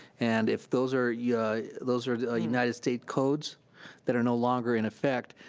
and if those are yeah those are the united state codes that are no longer in effect,